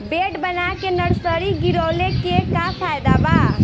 Bed बना के nursery गिरवले के का फायदा बा?